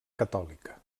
catòlica